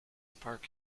park